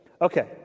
Okay